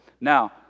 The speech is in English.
now